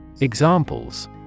Examples